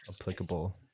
applicable